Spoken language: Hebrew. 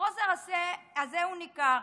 החוסר הזה הוא ניכר,